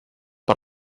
per